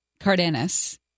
Cardenas